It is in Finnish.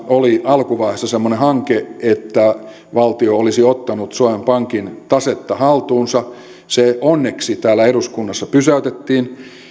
oli semmoinen hanke että valtio olisi ottanut suomen pankin tasetta haltuunsa se onneksi täällä eduskunnassa pysäytettiin